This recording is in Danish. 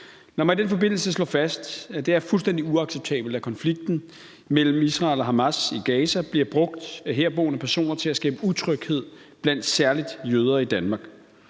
Lad mig i den forbindelse slå fast, at det er fuldstændig uacceptabelt, at konflikten mellem Israel og Hamas i Gaza bliver brugt af herboende personer til at skabe utryghed blandt særlig jøder i Danmark.